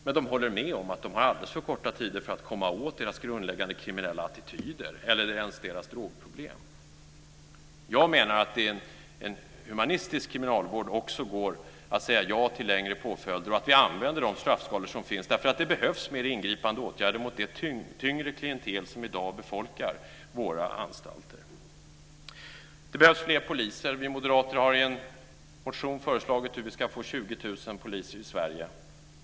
Men de håller med om att de har alldeles för korta tider för att komma åt deras grundläggande kriminella attityder eller ens deras drogproblem. Jag menar att det i en humanistisk kriminalvård också går att säga ja till längre påföljder och till att vi använder de straffskalor som finns, därför att det behövs mer ingripande åtgärder mot det tyngre klientel som i dag befolkar våra anstalter. Det behövs fler poliser. Vi moderater har i en motion föreslagit hur vi ska få 20 000 poliser i Sverige.